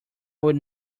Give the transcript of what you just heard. will